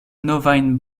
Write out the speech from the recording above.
novajn